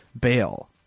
bail